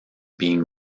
being